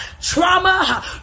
trauma